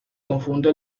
confunde